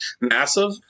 massive